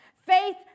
Faith